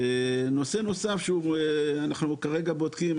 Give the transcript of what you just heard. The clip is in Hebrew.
נושא נוסף שאנחנו כרגע בודקים,